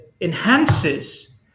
enhances